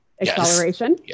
acceleration